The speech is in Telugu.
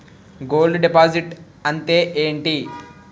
గోల్డ్ డిపాజిట్ అంతే ఎంటి?